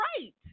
right